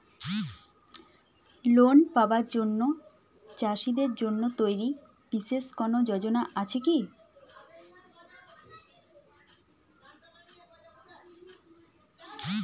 Loan পাবার জন্য চাষীদের জন্য তৈরি বিশেষ কোনো যোজনা আছে কি?